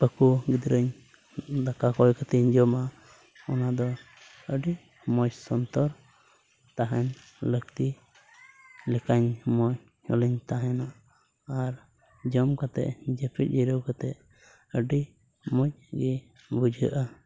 ᱵᱟᱹᱦᱩ ᱜᱤᱫᱽᱨᱟᱹᱧ ᱫᱟᱠᱟ ᱠᱚᱭ ᱠᱟᱛᱤᱧ ᱡᱚᱢᱟ ᱚᱱᱟ ᱫᱚ ᱟᱹᱰᱤ ᱢᱚᱡᱽ ᱥᱚᱱᱛᱚᱨ ᱛᱟᱦᱮᱱ ᱞᱟᱹᱠᱛᱤ ᱞᱮᱠᱟᱧ ᱢᱚᱡᱽ ᱛᱮᱞᱤᱧ ᱛᱟᱦᱮᱱᱟ ᱟᱨ ᱡᱚᱢ ᱠᱟᱛᱮᱫ ᱡᱟᱹᱯᱤᱫ ᱡᱤᱨᱟᱹᱣ ᱠᱟᱛᱮᱫ ᱟᱹᱰᱤ ᱢᱚᱡᱽ ᱜᱮ ᱵᱩᱡᱷᱟᱹᱜᱼᱟ